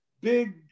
big